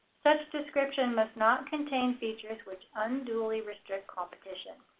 such description must not contain features which unduly restrict competition.